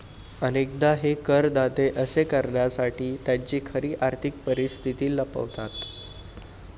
अनेकदा हे करदाते असे करण्यासाठी त्यांची खरी आर्थिक परिस्थिती लपवतात